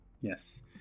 Yes